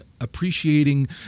appreciating